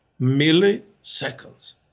milliseconds